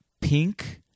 pink